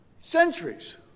centuries